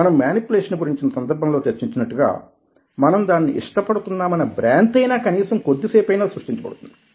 మనం మేనిప్యులేషన్ గురించిన సందర్భంలో చర్చించినట్టుగా మనం దానిని ఇష్టపడుతున్నామన్న భ్రాంతి అయినా కనీసం కొద్ది సేపయినా సృష్టించబడుతుంది